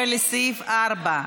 12, לסעיף 4,